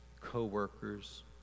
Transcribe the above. co-workers